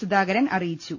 സുധാകരൻ അറിയിച്ചു